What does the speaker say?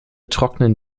trocknen